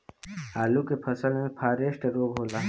आलू के फसल मे फारेस्ट रोग होला?